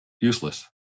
Useless